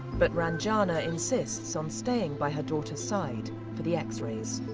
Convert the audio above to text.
but ranjana insists on staying by her daughter's side for the x-rays.